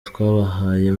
twabahaye